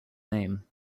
name